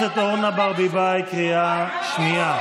אותך, קריאה שנייה.